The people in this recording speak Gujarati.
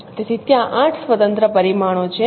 તેથી ત્યાં 8 સ્વતંત્ર પરિમાણો છે